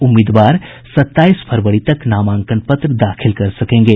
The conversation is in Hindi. उम्मीदवार सत्ताईस फरवरी तक नामांकन पत्र दाखिल कर सकेंगे